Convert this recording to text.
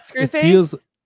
Screwface